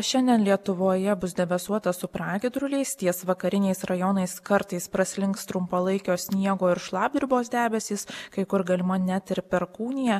šiandien lietuvoje bus debesuota su pragiedruliais ties vakariniais rajonais kartais praslinks trumpalaikio sniego ir šlapdribos debesys kai kur galima net ir perkūnija